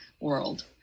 world